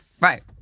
Right